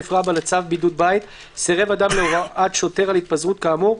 3א לצו בידוד בית; סירב אדם להוראת שוטר על התפזרות כאמור,